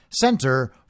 Center